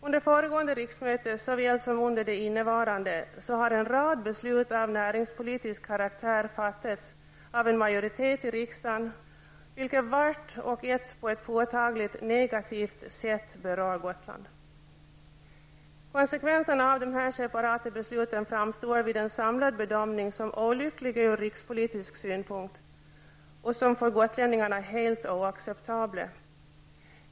Under föregående riksmöte såväl som under det innevarande har en rad beslut om näringspolitisk karaktär fattats av en majoritet i riksdagen, vilka vart och ett på ett påtagligt negativt sätt berör Gotland. Konsekvenserna av dessa separata beslut framstår vid en samlad bedömning som olyckliga ur rikspolitisk synpunkt och för gotlänningarna helt oacceptabla.